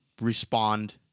respond